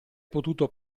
potuto